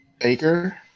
Baker